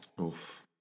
Oof